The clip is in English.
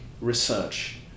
research